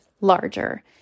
larger